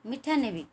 ମିଠା ନେବି